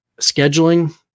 scheduling